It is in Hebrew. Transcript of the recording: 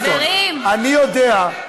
אני יודע,